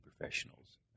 professionals